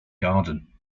garden